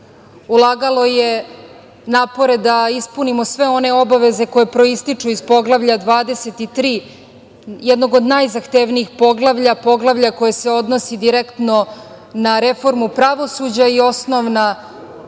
Ulagalo je napore da ispunimo sve one obaveze koje proističu iz Poglavlja 23, jednog od najzahtevnijih poglavlja, poglavlja koje se odnosi direktno na reformu pravosuđa i osnovna prava